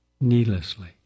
needlessly